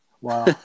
Wow